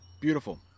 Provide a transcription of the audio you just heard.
beautiful